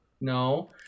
no